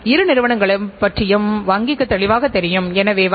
நிறுவனம்ஊழியர்களுக்கான இலக்கை நிர்ணயிக்க வேண்டியது அவசியம்